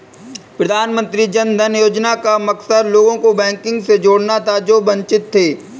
प्रधानमंत्री जन धन योजना का मकसद लोगों को बैंकिंग से जोड़ना था जो वंचित थे